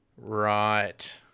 Right